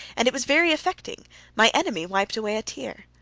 and it was very affecting my enemy wiped away a tear!